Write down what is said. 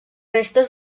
restes